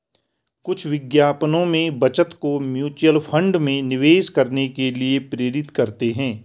कुछ विज्ञापनों में बचत को म्यूचुअल फंड में निवेश करने के लिए प्रेरित करते हैं